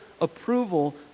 approval